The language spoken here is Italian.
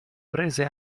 prese